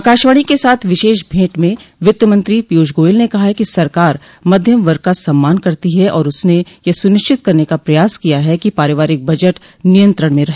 आकाशवाणी के साथ विशेष भेंट में वित्तमंत्री पीयूष गोयल ने कहा है कि सरकार मध्यम वर्ग का सम्मान करती है और उसने यह सुनिश्चित करने का प्रयास किया है कि पारिवारिक बजट नियंत्रण में रहे